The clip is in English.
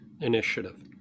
initiative